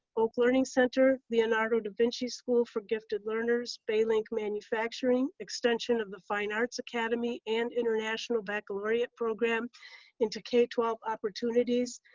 oak learning center, leonardo da vinci school for gifted learners, bay link manufacturing manufacturing extension of the fine arts academy, and international baccalaureate program into k twelve opportunities,